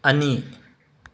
ꯑꯅꯤ